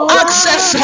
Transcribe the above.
access